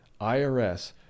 IRS